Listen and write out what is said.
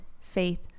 faith